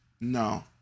no